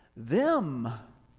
them.